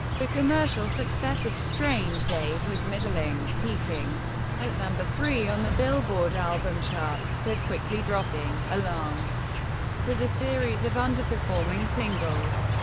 the commercial success of strange days was middling, peaking at number three on the billboard album chart, but quickly dropping, along with a series of underperforming singles.